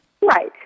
Right